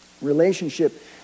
Relationship